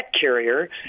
carrier